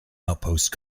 outpost